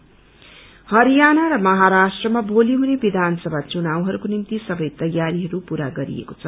election Haryana र महाराष्ट्रमा भोली हुने विचानसमा चुनावहरूको निम्ति सबै तयारीहरू पूरा गरिएको छ